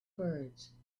birds